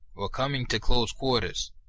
or coming to close quarters.